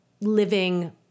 living